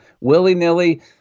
willy-nilly